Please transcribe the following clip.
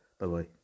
Bye-bye